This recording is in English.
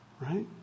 Right